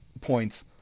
points